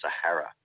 Sahara